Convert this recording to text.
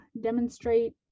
demonstrate